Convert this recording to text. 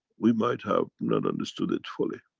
we might have not understood it fully.